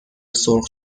سرخ